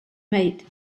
mate